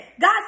God